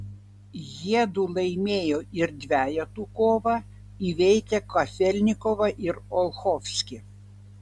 jiedu laimėjo ir dvejetų dvikovą įveikę kafelnikovą ir olchovskį